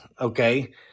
Okay